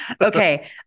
Okay